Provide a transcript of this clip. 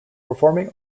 performing